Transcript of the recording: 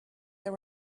that